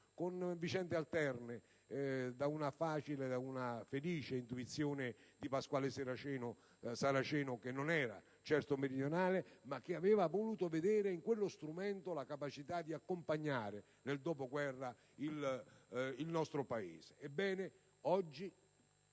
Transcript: la Cassa per il Mezzogiorno, da una felice intuizione di Pasquale Saraceno, che non era certo meridionale ma che aveva voluto vedere in quello strumento la capacità di accompagnare nel dopoguerra il nostro Paese. Ebbene, oggi,